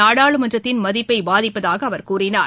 நாடாளுமன்றத்தின் மதிப்பை பாதிப்பதாக அவர் கூறினார்